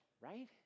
right